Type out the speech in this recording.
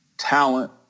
talent